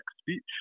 speech